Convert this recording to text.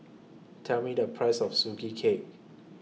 Tell Me The Price of Sugee Cake